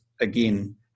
again